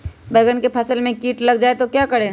बैंगन की फसल में कीट लग जाए तो क्या करें?